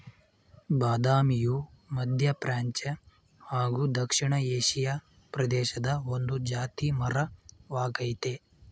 ಬಾದಾಮಿಯು ಮಧ್ಯಪ್ರಾಚ್ಯ ಹಾಗೂ ದಕ್ಷಿಣ ಏಷಿಯಾ ಪ್ರದೇಶದ ಒಂದು ಜಾತಿ ಮರ ವಾಗಯ್ತೆ